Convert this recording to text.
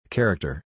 Character